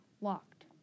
Locked